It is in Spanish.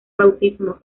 bautismo